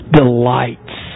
delights